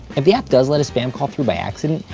if the app does let a spam call through by accident,